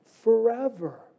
forever